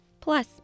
Plus